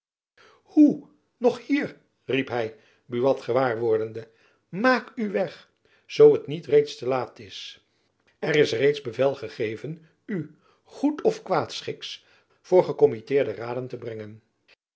hoe nog hier riep hy buat gewaar wordende maak u weg zoo t niet reeds te laat is er is reeds bevel gegeven u goed of kwaadschiks voor gekommitteerde raden te brengen